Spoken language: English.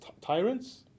Tyrants